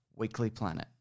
weeklyplanet